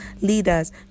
leaders